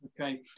Okay